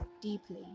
deeply